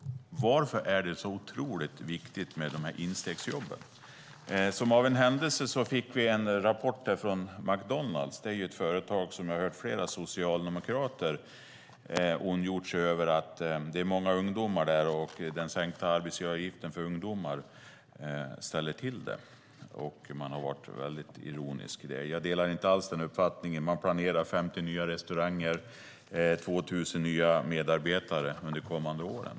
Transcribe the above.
Varför är det otroligt viktigt med de här instegsjobben? Som av en händelse fick vi en rapport från McDonalds. När det gäller det företaget har jag hört flera socialdemokrater som har ondgjort sig över att det är många ungdomar där och att den sänkta arbetsgivaravgiften för ungdomar ställer till det. De har varit väldigt ironiska när det gäller det. Jag delar inte alls den uppfattningen. Man planerar 50 nya restauranger och att det ska bli 2 000 nya medarbetare under de kommande åren.